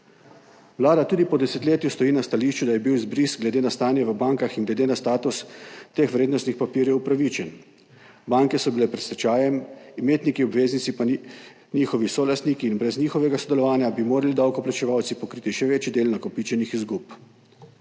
Vlada tudi po desetletju stoji na stališču, da je bil izbris glede na stanje v bankah in glede na status teh vrednostnih papirjev upravičen. Banke so bile pred stečajem, imetniki obveznic pa njihovi solastniki in brez njihovega sodelovanja bi morali davkoplačevalci pokriti še večji del nakopičenih izgub.